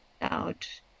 out